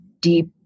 deep